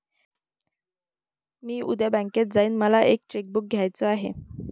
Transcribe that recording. मी उद्या बँकेत जाईन मला एक चेक बुक घ्यायच आहे